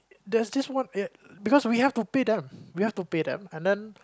there's this one because we have to pay them we have to pay them and then